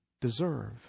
deserve